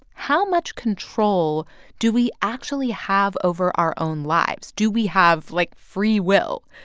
how much control do we actually have over our own lives? do we have, like, free will?